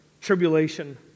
tribulation